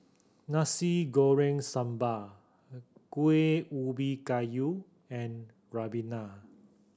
Nasi Goreng Sambal Kueh Ubi Kayu and ribena